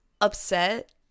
upset